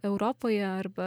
europoje arba